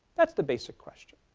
that's the basic question,